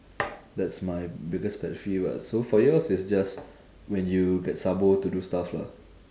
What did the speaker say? that's my biggest pet peeve lah so for yours is just when you get sabo to do stuff lah